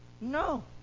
No